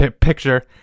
picture